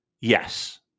yes